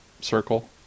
circle